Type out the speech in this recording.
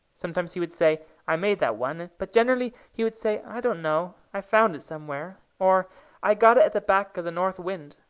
sometimes he would say, i made that one. but generally he would say, i don't know i found it somewhere or i got it at the back of the north wind.